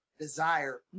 desire